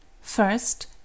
first